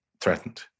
threatened